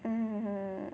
mmhmm